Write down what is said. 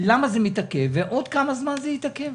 למה זה מתעכב ועוד כמה זמן זה יתעכב.